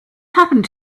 happened